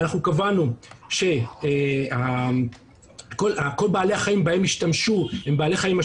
אנחנו קבענו שכל בעלי החיים בהם ישתמשו הם בעלי חיים,